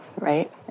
right